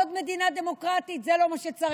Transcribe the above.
עוד מדינה דמוקרטית, זה לא מה שצריך.